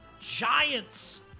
Giants